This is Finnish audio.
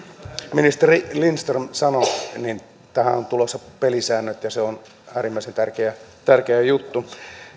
ministeri lindström sanoi tähän on tulossa pelisäännöt ja se on äärimmäisen tärkeä tärkeä juttu